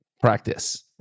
practice